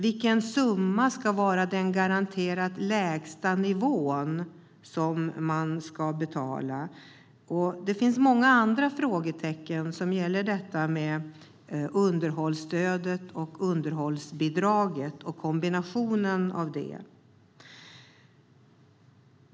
Vilken summa ska vara den garanterat lägsta nivå man ska betala? Det finns många andra frågetecken som gäller detta med underhållsstödet, underhållsbidraget och kombinationen av dem.